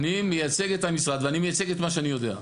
אני מייצג את המשרד ואני מייצג את מה שאני יודע.